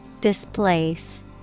displace